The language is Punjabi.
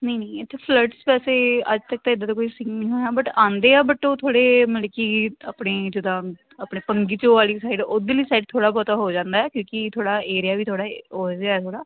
ਨਹੀਂ ਨਹੀਂ ਇੱਥੇ ਫਲੱਡਸ ਵੈਸੇ ਅੱਜ ਤੱਕ ਤਾਂ ਐਦਾਂ ਦਾ ਕੋਈ ਸੀਜ਼ਨ ਨਹੀਂ ਹੋਇਆ ਬਟ ਆਉਂਦੇ ਆ ਬਟ ਉਹ ਥੋੜ੍ਹੇ ਮਤਲਬ ਕਿ ਆਪਣੇ ਜਿੱਦਾਂ ਆਪਣੇ ਪੰਗੀਚੋ ਵਾਲੀ ਸਾਈਡ ਉੱਧਰਲੀ ਸਾਈਡ ਥੋੜ੍ਹਾ ਬਹੁਤ ਹੋ ਜਾਂਦਾ ਕਿਉਂਕਿ ਥੋੜ੍ਹਾ ਏਰੀਆ ਵੀ ਥੋੜ੍ਹਾ ਉਹੋ ਜਿਹਾ ਥੋੜ੍ਹਾ